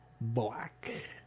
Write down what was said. black